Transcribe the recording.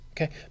Okay